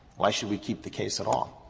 why should we keep the case at all?